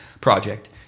project